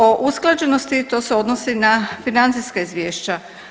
O usklađenosti, to se odnosi na financijska izvješća.